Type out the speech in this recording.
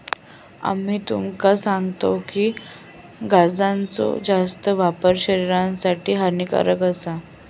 आम्ही तुमका सांगतव की गांजाचो जास्त वापर शरीरासाठी हानिकारक आसा